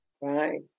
Right